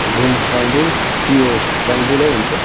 घुम रङ्बुल पिओ रङ्बुलै हुन्छ